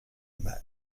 mal